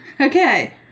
Okay